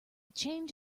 change